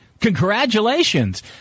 Congratulations